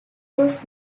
was